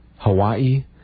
Hawaii